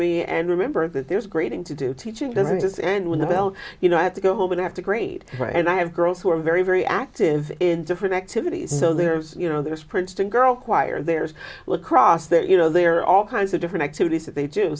me and remember that there's grading to do teaching doesn't just end when will you know i have to go home and i have to grade and i have girls who are very very active in different activities so there are you know there is princeton girl choir there's lacrosse there you know there are all kinds of different activities that they do